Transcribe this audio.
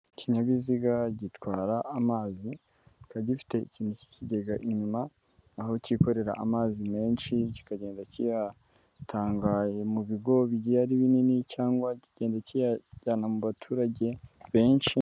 Ikinyabiziga gitwara amazi, kikaka gifite ikintu cy'ikigega inyuma, aho kikorera amazi menshi kikagenda kiyatangaye mu bigo bigiye ari binini cyangwa kigenda kiyajyana mu baturage benshi.